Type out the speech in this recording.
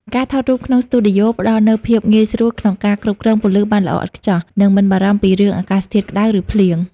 ការថតរូបក្នុងស្ទូឌីយ៉ូផ្ដល់នូវភាពងាយស្រួលក្នុងការគ្រប់គ្រងពន្លឺបានល្អឥតខ្ចោះ និងមិនបារម្ភពីរឿងអាកាសធាតុក្ដៅ ឬភ្លៀង។